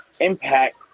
impact